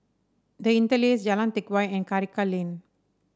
The Interlace Jalan Teck Whye and Karikal Lane